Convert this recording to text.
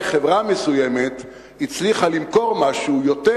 חברה מסוימת הצליחה למכור משהו יותר,